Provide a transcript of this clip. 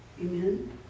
Amen